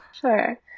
Sure